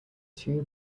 two